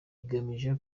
bigamije